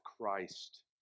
Christ